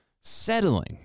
settling